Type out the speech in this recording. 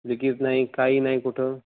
leakage नाही काही नाही कुठं